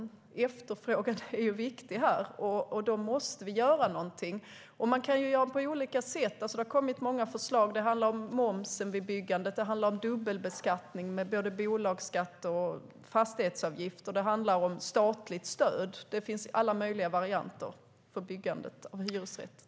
Efterfrågan är viktig, och vi måste göra något.